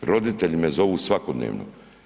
Roditelji me zovu svakodnevno.